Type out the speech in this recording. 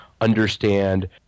understand